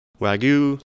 Wagyu